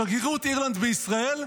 שגרירות אירלנד בישראל.